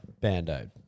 Band-aid